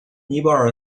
尼泊尔